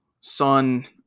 son